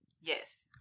yes